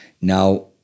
now